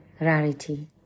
rarity